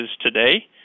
today